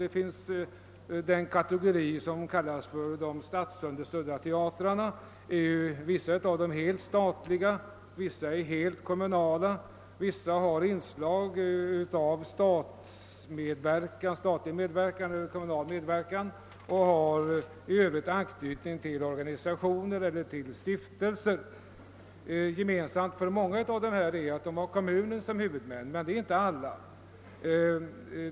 Det finns en kategori som kallas de statsunderstödda teatrarna. Vissa av dem är helt statliga, vissa helt kommunala. Vissa har inslag av statlig medverkan eller kommunal medverkan och har i övrigt anknytning till organisationer eller stiftelser. Gemensamt för många är att de har kommunen som huvudman, men detta gäller inte alla.